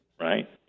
right